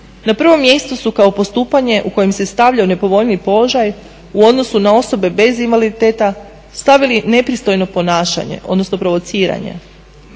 na prvom mjestu su kao postupanje u kojem se stavljaju nepovoljniji položaji u odnosu na osobe bez invaliditeta stavili nepristojno ponašanje, odnosno provociranje.